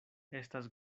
estas